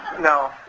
No